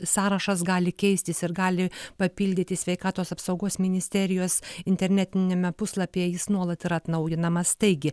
sąrašas gali keistis ir gali papildyti sveikatos apsaugos ministerijos internetiniame puslapyje jis nuolat yra atnaujinamas taigi